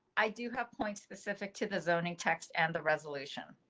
i do have point specific to the zoning text and the resolution.